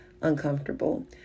uncomfortable